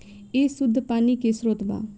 ए शुद्ध पानी के स्रोत बा